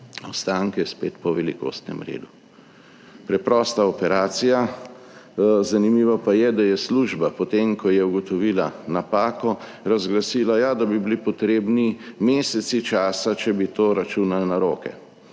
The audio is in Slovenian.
ostanke spet po velikostnem redu. Preprosta operacija. Zanimivo pa je, da je služba potem, ko je ugotovila napako razglasila: »Ja, da bi bili potrebni meseci časa, če bi to računali na roke.«